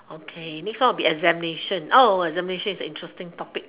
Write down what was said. okay next one will be examinations examinations is an interesting topic